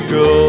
go